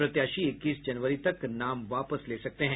प्रत्याशी इक्कीस जनवरी तक नाम वापस ले सकते हैं